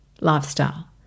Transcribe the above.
lifestyle